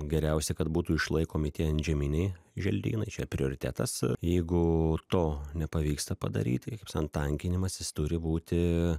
geriausia kad būtų išlaikomi tie antžeminiai želdynai čia prioritetas jeigu to nepavyksta padaryt tai kaip san tankinimas jis turi būti